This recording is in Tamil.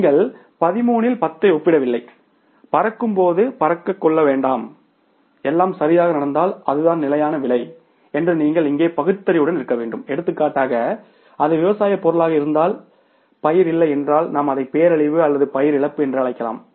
நீங்கள் 13 இல் 10 ஐ ஒப்பிடவில்லை பறக்கும்போது பறக்கக் கொல்ல வேண்டாம் எல்லாம் சரியாக நடந்தால் அதுதான் நிலையான விலை என்று நீங்கள் இங்கே பகுத்தறிவுடன் இருக்க வேண்டும் எடுத்துக்காட்டாக அது விவசாயப் பொருளாக இருந்தால் பயிர் இல்லை என்றால் நாம் அதை பேரழிவு அல்லது பயிர் இழப்பு என்று அழைக்கலாம்